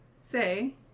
say